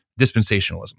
dispensationalism